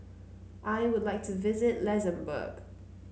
I would like to visit Luxembourg